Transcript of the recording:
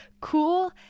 cool